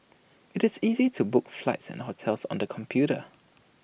IT is easy to book flights and hotels on the computer